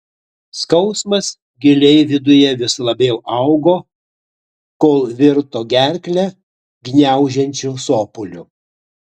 skausmas giliai viduje vis labiau augo kol virto gerklę gniaužiančiu sopuliu